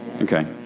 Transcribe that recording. Okay